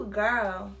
girl